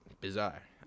Bizarre